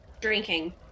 Drinking